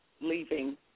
leaving